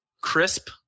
crisp